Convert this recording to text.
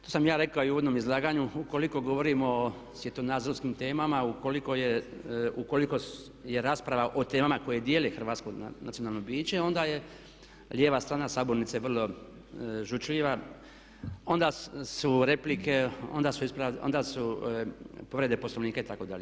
To sam i ja rekao u uvodnom izlaganju, ukoliko govorimo o svjetonazorskim temama, ukoliko je rasprava o temama koje dijele hrvatsko nacionalno biće onda je lijeva strana sabornice vrlo žučljiva, onda su replike, onda su povrede poslovnika itd.